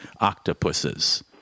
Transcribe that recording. octopuses